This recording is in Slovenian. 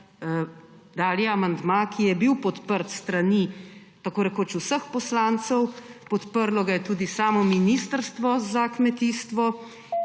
dali amandma, ki je bil podprt s strani tako rekoč vseh poslancev. Podprlo ga je tudi samo ministrstvo za kmetijstvo.